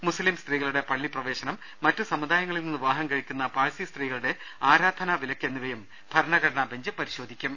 മുസ്ലീം സ്ത്രീകളുടെ പള്ളി പ്രവേശനം മറ്റു സമുദായങ്ങളിൽ നിന്ന് വിവാഹം കഴിക്കുന്ന പാഴ്സി സ്ത്രീകളുടെ ആരാധാനാ വിലക്ക് എന്നിവയും ഭരണഘടനാ ബെഞ്ച് പരിശോധിക്കും